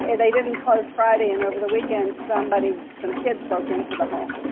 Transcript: and they didn't close friday, and over the weekend, somebody, some kids broke into the home